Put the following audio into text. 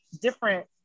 different